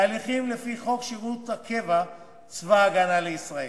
בהליכים לפי חוק שירות הקבע בצבא-הגנה לישראל.